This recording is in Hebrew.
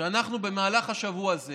שאנחנו במהלך השבוע הזה